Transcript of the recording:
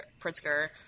pritzker